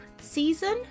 season